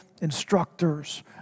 instructors